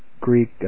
Greek